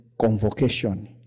convocation